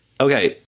okay